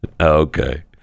okay